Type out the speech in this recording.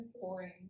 boring